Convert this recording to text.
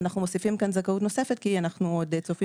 אנחנו מוסיפים כאן זכאות נוספת כי אנחנו עוד צופים